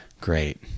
Great